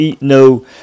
no